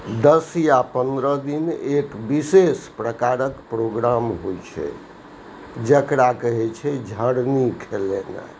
दस या पन्द्रह दिन एक बिशेष प्रकारक प्रोग्राम होइ छै जकरा कहै छै झरनी खेलेनाइ